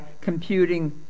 computing